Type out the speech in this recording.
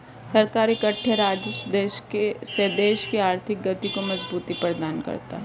सरकार इकट्ठे राजस्व से देश की आर्थिक गति को मजबूती प्रदान करता है